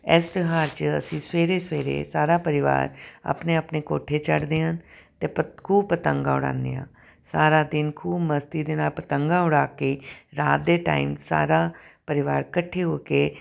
ਇਸ ਤਿਉਹਾਰ 'ਚ ਅਸੀਂ ਸਵੇਰੇ ਸਵੇਰੇ ਸਾਰਾ ਪਰਿਵਾਰ ਆਪਣੇ ਆਪਣੇ ਕੋਠੇ ਚੜਦੇ ਹਾਂ ਅਤੇ ਪਤ ਖੂਬ ਪਤੰਗ ਉੜਾਉਂਦੇ ਹਾਂ ਸਾਰਾ ਦਿਨ ਖੂਬ ਮਸਤੀ ਦੇ ਨਾਲ ਪਤੰਗਾ ਉੜਾ ਕੇ ਰਾਤ ਦੇ ਟਾਈਮ ਸਾਰਾ ਪਰਿਵਾਰ ਇਕੱਠੇ ਹੋ ਕੇ